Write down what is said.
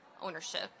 ownership